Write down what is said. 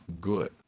good